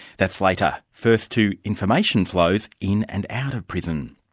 that's later. first to information flows in and out of prison.